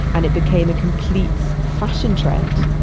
and it became a complete fashion trend.